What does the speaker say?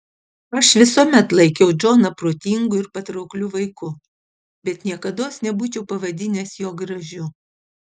aš visuomet laikiau džoną protingu ir patraukliu vaiku bet niekados nebūčiau pavadinęs jo gražiu